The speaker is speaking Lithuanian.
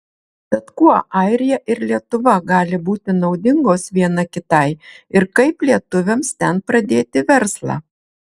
tad kuo airija ir lietuva gali būti naudingos viena kitai ir kaip lietuviams ten pradėti verslą